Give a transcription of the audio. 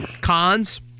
Cons